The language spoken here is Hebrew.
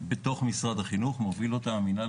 בתוך משרד החינוך מוביל אותה מנהל